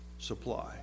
Supply